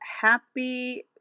Happy